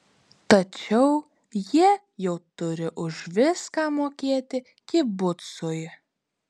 tačiau jie jau turi už viską mokėti kibucui